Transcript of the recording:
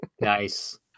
Nice